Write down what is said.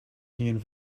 drinking